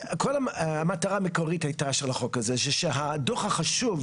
המטרה המקורית של החוק הזה הייתה שהדוח החשוב,